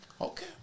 Okay